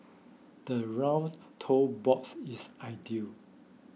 the rounded toe box is ideal